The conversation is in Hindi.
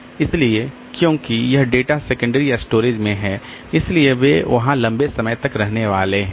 इसलिए क्योंकि यह डेटा सेकंडरी स्टोरेज में है इसलिए वे वहां लंबे समय तक रहने वाले हैं